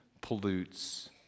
pollutes